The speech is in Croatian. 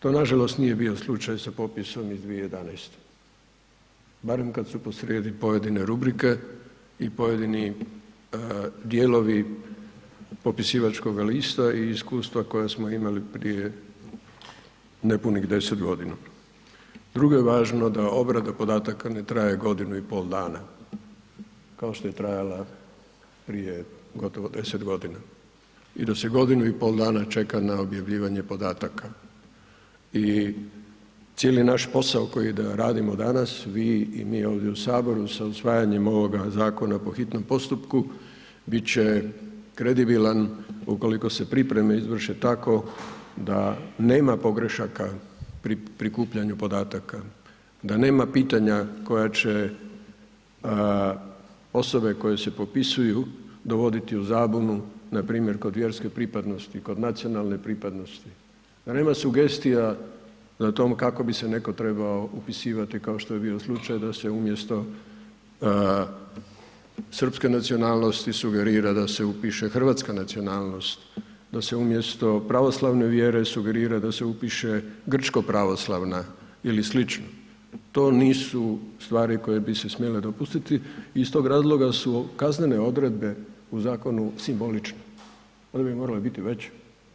To nažalost nije bio slučaj sa popisom iz 2011., barem kad su posrijedi pojedine rubrike i pojedini dijelovi popisivačkoga lista i iskustva koja smo imali prije nepunih 10.g. Drugo je važno da obrada podataka ne traje godinu i pol dana kao što je trajala prije gotovo 10 g. i da se godinu i pol dana čeka na objavljivanje podataka i cijeli naš posao koji radimo danas, vi i mi ovdje u Saboru sa usvajanjem ovoga zakona po hitnom postupku, bit će kredibilan ukoliko se pripreme izvrše tako da nema pogrešaka pri prikupljanju podataka, da nema pitanja koja će osobe koje su popisuju, dovodi u zabunu npr. kod vjerske pripadnosti, kod nacionalne pripadnosti, da nema sugestija na tom kako bi se netko trebao upisivati kao što je bio slučaj da se umjesto srpske nacionalnosti sugerira da se upiše hrvatska nacionalnost, da se umjesto pravoslavne vjere sugerira da se upiše grčko-pravoslavna ili slično, to nisu stvari koje bi se smjere dopustiti i iz tog razloga su kaznene odredbe u zakonu simboličke, one bi morale biti veće.